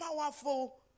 powerful